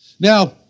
Now